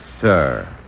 sir